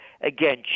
Again